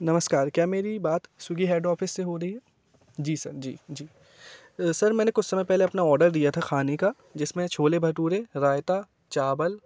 नमस्कार क्या मेरी बात स्विगी हेड ऑफिस ऑफिस से हो रही हैं जी सर जी जी सर मैंने कुछ समय पहले अपना ऑर्डर दिया था खाने का जिसमें छोले भटूरे रायता चावल